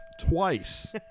twice